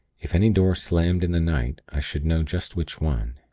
if any door slammed in the night, i should know just which one.